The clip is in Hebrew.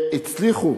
והצליחו